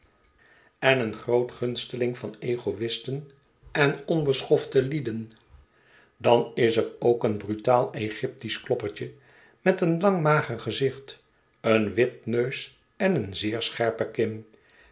en een groot gunsteling van egoisten en onbeschofte lieden dan is er ook een brutaal egyptisch kloppertje met een lang mager gezicht een wipneus en een zeer scherpe kin